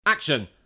action